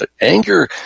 Anger